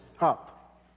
up